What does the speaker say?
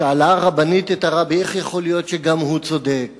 שאלה הרבנית את הרב, איך יכול להיות שגם הוא צודק